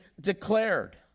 declared